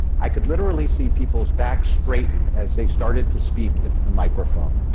i could literally see people's back straighten as they started to speak into the microphone.